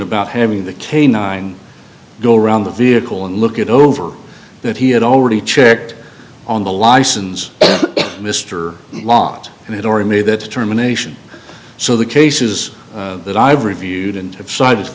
about having the canine go around the vehicle and look it over that he had already checked on the license mr laws and had already made that determination so the cases that i've reviewed and have side of